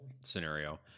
scenario